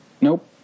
Nope